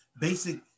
basic